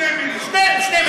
2 מיליון.